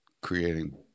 creating